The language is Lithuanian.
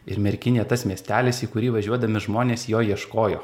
ir merkinė tas miestelis į kurį važiuodami žmonės jo ieškojo